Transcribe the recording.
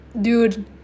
dude